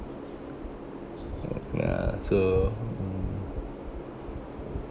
ya so mm